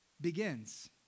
begins